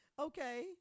Okay